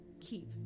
Keep